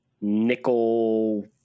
nickel